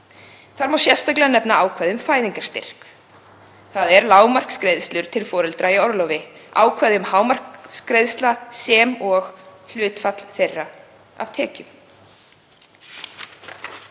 Þar má sérstaklega nefna ákvæði um fæðingarstyrk, þ.e. lágmarksgreiðslur til foreldra í orlofi, ákvæði um hámark greiðslna sem og hlutfall þeirra af tekjum.